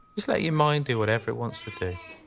just let your mind do whatever it wants to do.